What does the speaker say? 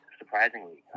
surprisingly